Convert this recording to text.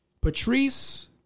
Patrice